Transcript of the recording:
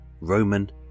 Roman